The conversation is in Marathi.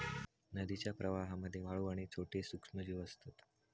नदीच्या प्रवाहामध्ये वाळू आणि छोटे सूक्ष्मजीव असतत